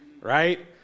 Right